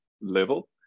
level